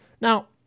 Now